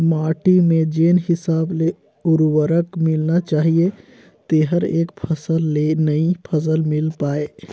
माटी में जेन हिसाब ले उरवरक मिलना चाहीए तेहर एक फसल ले नई फसल मिल पाय